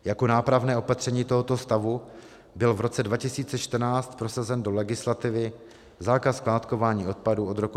Jako nápravné opatření tohoto stavu byl v roce 2014 prosazen do legislativy zákaz skládkování odpadů od roku 2024.